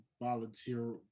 volunteer